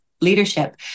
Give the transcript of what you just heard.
leadership